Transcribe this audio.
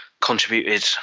contributed